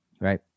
right